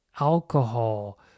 alcohol